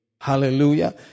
Hallelujah